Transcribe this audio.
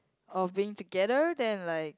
of being together then like